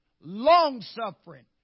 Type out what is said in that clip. long-suffering